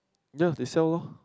no they sell lor